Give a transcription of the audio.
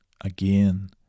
again